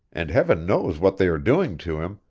and heaven knows what they are doing to him,